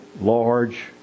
large